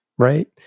Right